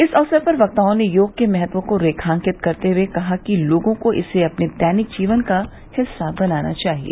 इस अवसर पर वक्ताओं ने योग के महत्व को रेखांकित करते हुए कहा कि लोगों को इसे अपने दैनिक जीवन का हिस्सा बनाना चाहिए